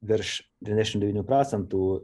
ir virš devyniasdešim devynių procentų